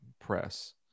press